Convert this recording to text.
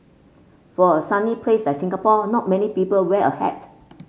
for a sunny place like Singapore not many people wear a hat